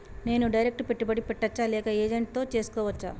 నేను డైరెక్ట్ పెట్టుబడి పెట్టచ్చా లేక ఏజెంట్ తో చేస్కోవచ్చా?